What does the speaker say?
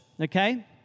okay